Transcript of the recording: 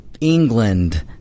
England